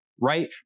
Right